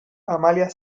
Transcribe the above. amalia